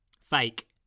Fake